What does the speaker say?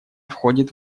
входит